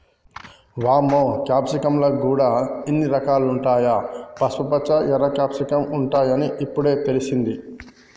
వామ్మో క్యాప్సికమ్ ల గూడా ఇన్ని రకాలుంటాయా, పసుపుపచ్చ, ఎర్ర క్యాప్సికమ్ ఉంటాయని ఇప్పుడే తెలిసింది